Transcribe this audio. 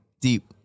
deep